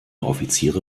offiziere